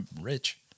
rich